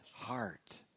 heart